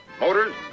motors